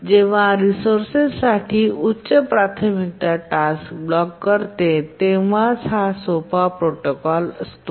जेव्हा रिसोर्सेस साठी उच्च प्राथमिकता टास्क ब्लॉक करते तेव्हाच हा सोपा प्रोटोकॉल असतो